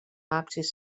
absis